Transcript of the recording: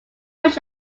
wish